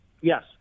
Yes